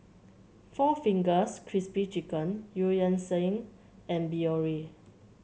Four Fingers Crispy Chicken Eu Yan Sang and Biore